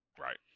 Right